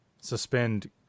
suspend